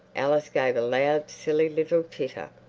alice gave a loud, silly little titter.